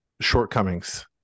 shortcomings